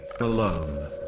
alone